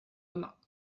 man